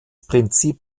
prinzip